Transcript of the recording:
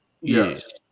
Yes